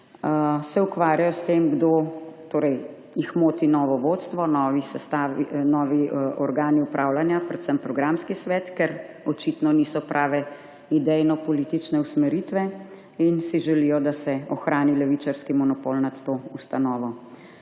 boljše pogoje, jih moti novo vodstvo, novi organi upravljanja, predvsem programski svet, ker očitno niso prave idejnopolitične usmeritve in si želijo, da se ohrani levičarski monopol nad to ustanovo.